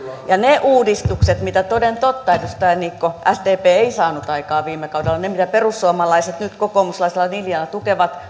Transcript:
ne uudistukset mitä toden totta edustaja niikko sdp ei saanut aikaan viime kaudella ne uudistukset mitä perussuomalaiset nyt kokoomuslaisella linjalla tukevat